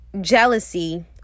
jealousy